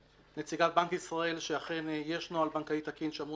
נציגת בנק ישראל שאכן יש נוהל בנקאי תקין שאמור